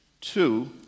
Two